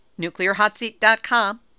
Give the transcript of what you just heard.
NuclearHotSeat.com